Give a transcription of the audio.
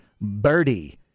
birdie